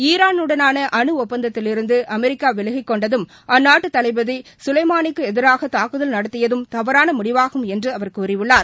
ஈராலுடனான அனு அப்பந்தத்திலிருந்து அமெரிக்க விலகிக் கொண்டதும் அந்நாட்டு தளபதி சுலைமாலுக்கு எதிராக தாக்குதல் நடத்தியதும் தவறான முடிவாகும் என்று அவர் கூறியுள்ளார்